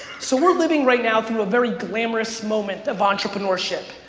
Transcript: so we're living right now through a very glamorous moment of entrepreneurship.